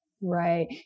Right